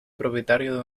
propietario